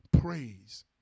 praise